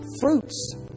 fruits